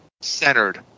centered